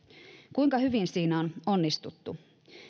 kuinka hyvin siinä on onnistuttu